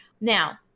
Now